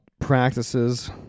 practices